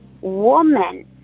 woman